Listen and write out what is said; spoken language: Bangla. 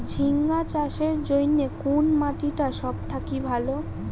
ঝিঙ্গা চাষের জইন্যে কুন মাটি টা সব থাকি ভালো?